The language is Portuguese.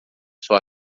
sua